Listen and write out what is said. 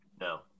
No